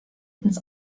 ins